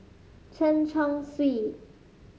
Chen Chong Swee